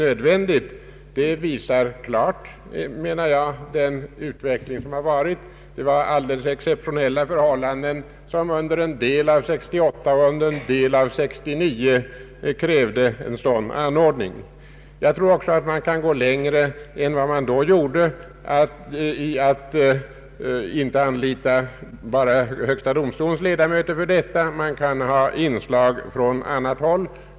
Utvecklingen visar klart, menar jag, att det var alldeles exceptionella förhållanden som under en del av år 1968 och en del av 1969 krävde en sådan anordning. Jag tror också att man kan gå längre än man då gjorde och inte anlita bara högsta domstolens ledamöter för arbete i lagrådet. Man kan ha inslag från annat håll.